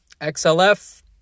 XLF